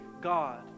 God